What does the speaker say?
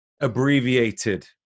abbreviated